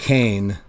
Kane